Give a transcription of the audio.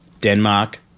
Denmark